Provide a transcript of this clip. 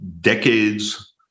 decades-